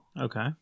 Okay